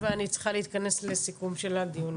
ואני צריכה להתכנס לסיכום של הדיון.